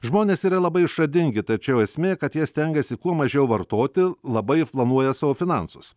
žmonės yra labai išradingi tačiau esmė kad jie stengiasi kuo mažiau vartoti labai planuoja savo finansus